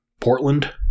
Portland